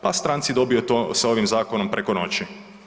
Pa stranci dobiju to s ovim zakonom preko noći.